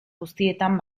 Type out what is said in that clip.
guztietan